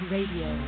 Radio